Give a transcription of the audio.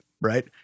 right